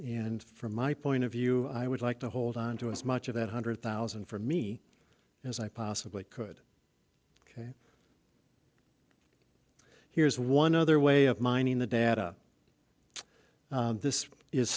and from my point of view i would like to hold on to as much of that hundred thousand for me as i possibly could ok here's one other way of mining the data this is